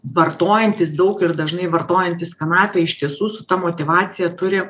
vartojantys daug ir dažnai vartojantys kanapę iš tiesų su ta motyvacija turi